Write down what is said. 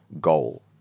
goal